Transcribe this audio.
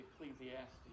Ecclesiastes